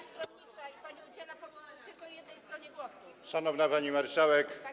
Szanowna Pani Marszałek!